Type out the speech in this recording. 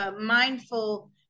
mindful